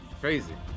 Crazy